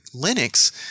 Linux